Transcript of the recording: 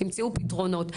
תמצאו פתרונות.